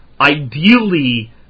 Ideally